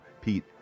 pete